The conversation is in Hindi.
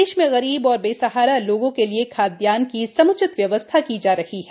प्रदेश में गरीब एवं बेसहारा लोगों के लिए खादयान्न की समुचित व्यवस्था की जा रही है